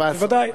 בוודאי.